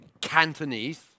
Cantonese